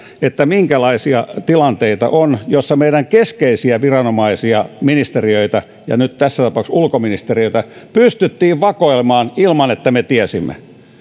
siitä minkälaisia tilanteita on joissa meidän keskeisiä viranomaisiamme ministeriöitämme ja nyt tässä tapauksessa ulkoministeriötämme pystyttiin vakoilemaan ilman että me tiesimme